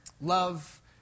love